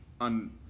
on